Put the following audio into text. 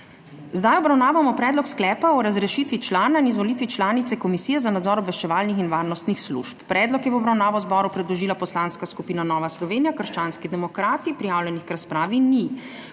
Zdaj obravnavamo Predlog sklepa o razrešitvi člana in izvolitvi članice Komisije za nadzor obveščevalnih in varnostnih služb. Predlog je v obravnavo zboru predložila Poslanska skupina Nova Slovenija - krščanski demokrati. Prijavljenih k razpravi ni.